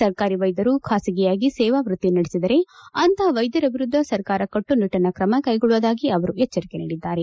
ಸರ್ಕಾರಿ ವೈದ್ಯರು ಬಾಸಗಿಯಾಗಿ ಸೇವಾ ವೃತ್ತಿ ನಡೆಸಿದರೆ ಅಂತಹ ವೈದ್ಯರ ವಿರುದ್ಧ ಸರ್ಕಾರ ಕಟ್ಟುನಿಟ್ಟಿನ ತ್ರಮ ಕೈಗೊಳ್ಳುವುದಾಗಿ ಅವರು ಎಚ್ಚರಿಕೆ ನೀಡಿದ್ದಾರೆ